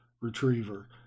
Retriever